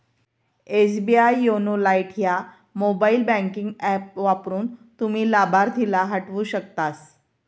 SBI YONO lite ह्या mobile banking app वापरून, तुम्ही लाभार्थीला हटवू शकतास